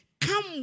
come